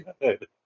good